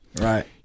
right